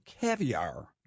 caviar